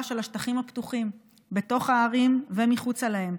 של השטחים הפתוחים בתוך הערים ומחוצה להן,